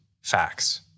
facts